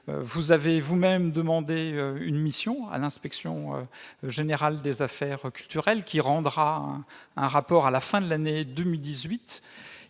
Vous avez vous-même confié une mission à l'Inspection générale des affaires culturelles, laquelle rendra son rapport à la fin de l'année 2018.